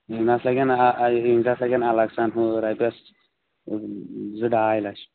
تتھ لگن الگ سٲنۍ رۄپیس زٕ ڈاے لَچھ